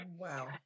Wow